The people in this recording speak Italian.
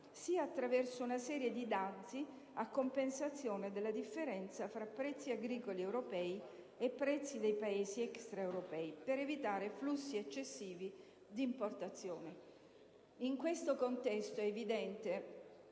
sia attraverso una serie di dazi a compensazione della differenza fra prezzi agricoli europei e prezzi dei Paesi extraeuropei, per evitare flussi eccessivi di importazione. In questo contesto, è evidente